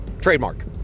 Trademark